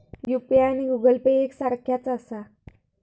UPI आणि Google Pay एक सारख्याच आसा?